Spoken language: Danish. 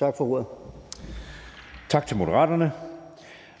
(Jeppe Søe): Tak til Moderaterne.